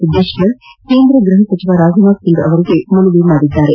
ಸಿದ್ದೇಶ್ವರ್ ಕೇಂದ್ರ ಗೃಹ ಸಚಿವ ರಾಜನಾಥ್ ಸಿಂಗ್ ಅವರಿಗೆ ಮನವಿ ಮಾಡಿದ್ದಾರೆ